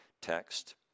text